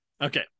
okay